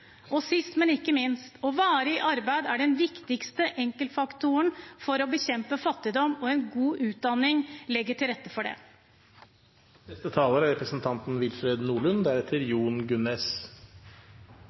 Og sist, men ikke minst: Varig arbeid er den viktigste enkeltfaktoren for å bekjempe fattigdom, og en god utdanning legger til rette for det. Året vi har lagt bak oss, har vist at det er